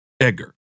Edgar